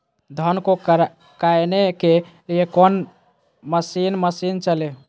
धन को कायने के लिए कौन मसीन मशीन चले?